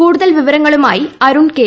കൂടുതൽ വിവരങ്ങളുമായി അരുൺ കെ